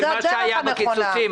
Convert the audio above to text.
זו הדרך הנכונה.